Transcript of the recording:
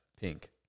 pink